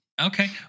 Okay